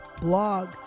blog